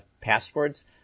passwords